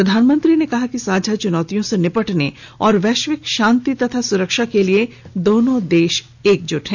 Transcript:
प्रधानमंत्री ने कहा कि साझा चुनौतियों से निपटने और वैश्विक शांति तथा सुरक्षा के लिए दोनों देश एकजुट हैं